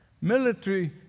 military